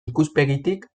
ikuspegitik